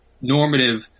normative